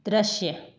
दृश्य